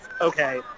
okay